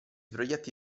proietti